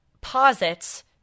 posits